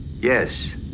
yes